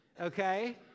Okay